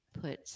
put